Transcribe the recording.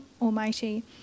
Almighty